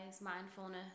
mindfulness